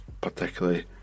particularly